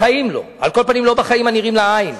בחיים לא, על כל פנים, לא בחיים הנראים לעין.